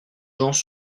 gens